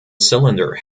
cylinder